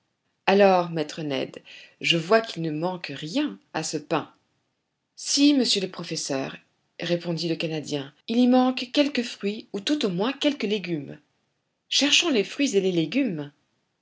alors maître ned je vois qu'il ne manque rien à ce pain si monsieur le professeur répondit le canadien il y manque quelques fruits ou tout ou moins quelques légumes cherchons les fruits et les légumes